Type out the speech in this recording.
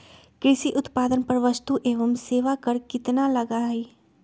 कृषि उत्पादन पर वस्तु एवं सेवा कर कितना लगा हई?